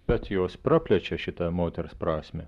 bet jos praplečia šitą moters prasmę